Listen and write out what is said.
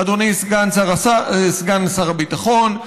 אדוני סגן שר הביטחון.